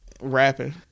Rapping